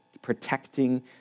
protecting